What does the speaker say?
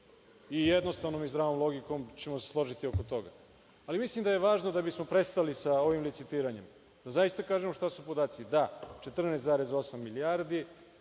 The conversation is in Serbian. Jednostavno i zdravom logikom ćemo se složiti oko toga. Mislim da je važno da bismo prestali sa licitiranjem da zaista kažemo šta su podaci. Da, 14,8 milijardi